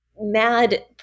mad